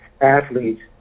athletes